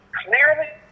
clearly